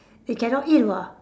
they cannot eat [what]